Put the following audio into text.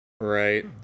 right